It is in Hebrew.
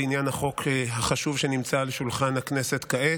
בעניין החוק החשוב שנמצא על שולחן הכנסת כעת,